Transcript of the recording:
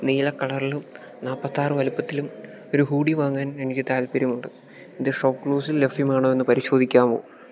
നീല കളറിലും നാൽപ്പത്താറ് വലുപ്പത്തിലും ഒരു ഹൂഡി വാങ്ങാൻ എനിക്ക് താൽപ്പര്യമുണ്ട് ഇത് ഷോപ്പ്ക്ലൂസിൽ ലഭ്യമാണോയെന്ന് പരിശോധിക്കാമോ